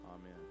Amen